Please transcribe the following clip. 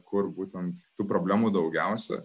kur būtent tų problemų daugiausia